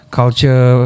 culture